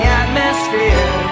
atmosphere